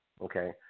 okay